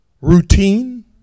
Routine